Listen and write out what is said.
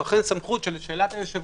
הוא אכן סמכות שלשאלת היושב-ראש,